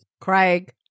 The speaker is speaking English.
Craig